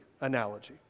analogy